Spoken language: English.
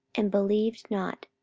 and believed not,